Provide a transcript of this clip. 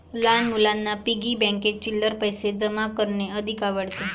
लहान मुलांना पिग्गी बँकेत चिल्लर पैशे जमा करणे अधिक आवडते